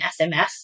SMS